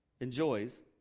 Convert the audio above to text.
enjoys